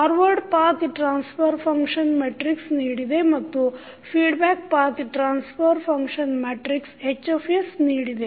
forward path transfer function ಮೆಟ್ರಿಕ್ಸ್Gsನೀಡಿದೆ ಮತ್ತು feedback path transfer function matrix H ನೀಡಿದೆ